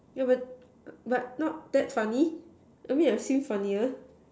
yeah but but not that funny I mean I've seen funnier